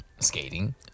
skating